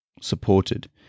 supported